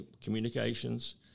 communications